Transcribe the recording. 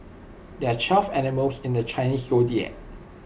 there are twelve animals in the Chinese Zodiac